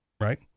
right